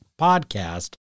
podcast